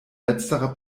letzterer